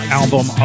album